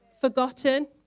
Forgotten